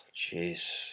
jeez